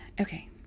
okay